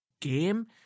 game